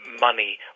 money